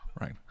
Right